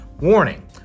Warning